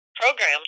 program